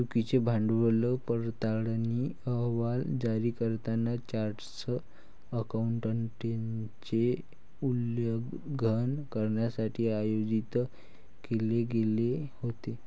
चुकीचे भांडवल पडताळणी अहवाल जारी करताना चार्टर्ड अकाउंटंटचे उल्लंघन करण्यासाठी आयोजित केले गेले होते